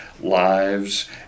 lives